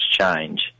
change